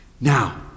Now